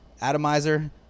atomizer